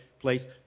place